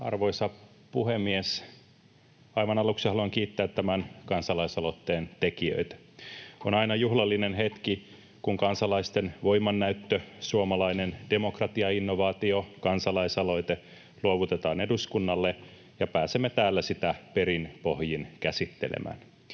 Arvoisa puhemies! Aivan aluksi haluan kiittää tämän kansalaisaloitteen tekijöitä. On aina juhlallinen hetki, kun kansalaisten voimannäyttö, suomalainen demokratiainnovaatio, kansalaisaloite, luovutetaan eduskunnalle ja pääsemme täällä sitä perin pohjin käsittelemään.